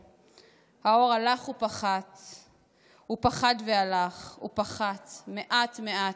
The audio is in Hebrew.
/ האור הלך ופחת והלך ופחת / מעט מעט,